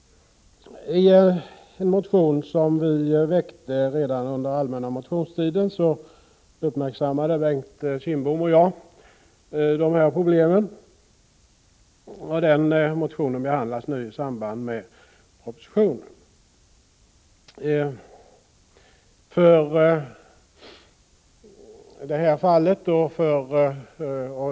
I en motion som vi väckte redan under allmänna motionstiden uppmärksammade Bengt Kindbom och jag dessa problem. Den motionen behandlas nu i samband med propositionen.